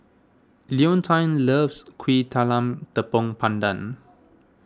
Leontine loves Kuih Talam Tepong Pandan